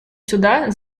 сюда